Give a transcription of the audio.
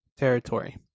territory